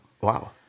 wow